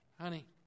honey